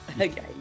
Okay